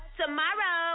tomorrow